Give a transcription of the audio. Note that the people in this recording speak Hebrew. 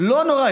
לא נורא.